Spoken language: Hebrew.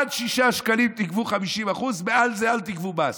עד 6 שקלים תגבו 50%, מעל זה אל תגבו מס.